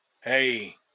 hey